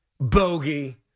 Bogey